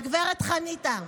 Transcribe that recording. הגב' חניתה: